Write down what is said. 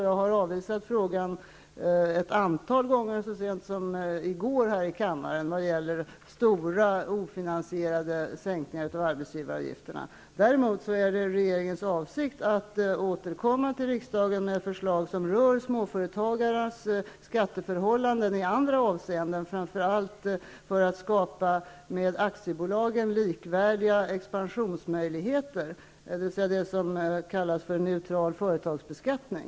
Jag har ett antal gånger ställt mig avvisande, senast i går här i kammaren, då det gällt stora ofinansierade sänkningar av arbetsgivaravgifterna. Däremot är det regeringens avsikt att återkomma till riksdagen med förslag som rör småföretagarnas skatteförhållanden i andra avseenden, framför allt när det gäller att skapa med aktiebolagen likvärdiga expansionsmöjligheter, dvs. det som kallas neutral företagsbeskattning.